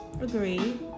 Agreed